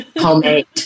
homemade